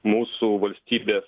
mūsų valstybės